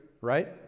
right